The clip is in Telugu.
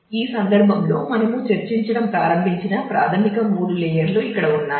ఈ సందర్భంలో మనము చర్చించటం ప్రారంభించిన ప్రాథమిక మూడు లేయర్లు ఇక్కడ ఉన్నాయి